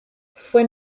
fue